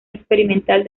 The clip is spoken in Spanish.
experimental